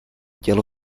tělo